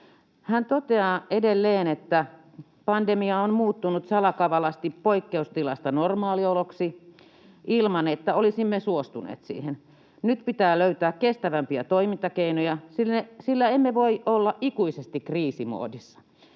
Hän toteaa edelleen, että koronaepidemia ”on muuttunut salakavalasti poikkeustilasta normaalioloksi ilman, että olisimme suostuneet siihen. Nyt pitää löytää kestävämpiä toimintakeinoja, sillä emme voi olla ikuisesti kriisimoodissa”.